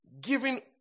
giving